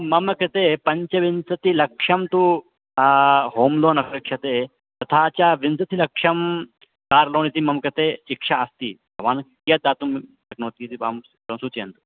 मम कृते पञ्चविंशतिलक्षं तु हों लोन् अपेक्षते तथा च विंशतिलक्षं कार् लोन् इति मम कृते इक्षा अस्ति भवान् कियद् दातुं शक्नोति इति मां सूचयन्तु